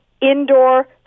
indoor